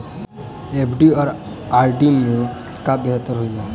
FD आ RD मे केँ सा बेहतर होइ है?